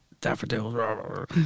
daffodils